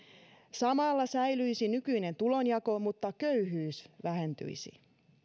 samalla säilyisi nykyinen tulonjako mutta köyhyys vähentyisi